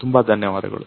ತುಂಬಾ ಧನ್ಯವಾದಗಳು